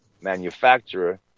manufacturer